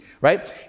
right